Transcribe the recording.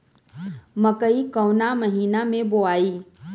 मकई कवना महीना मे बोआइ?